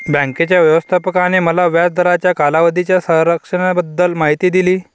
बँकेच्या व्यवस्थापकाने मला व्याज दराच्या कालावधीच्या संरचनेबद्दल माहिती दिली